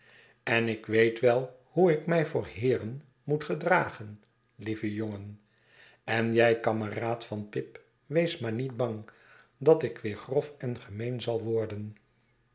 en ik weet wel hoe ik mij voor heeren moet gedragen lieve jongen en jij kameraad van pip wees maar niet bang dat ik weer grof en gemeen zal worden